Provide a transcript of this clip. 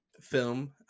film